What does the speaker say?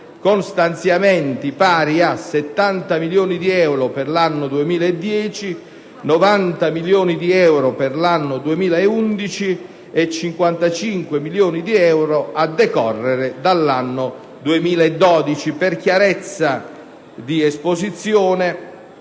con stanziamenti pari a 70 milioni di euro per l'anno 2010, 90 milioni di euro per l'anno 2011 e 55 milioni di euro a decorrere dall'anno 2012. Per chiarezza di esposizione,